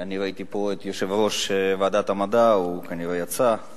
ראיתי פה את יושב-ראש ועדת המדע, הוא כנראה יצא.